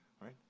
right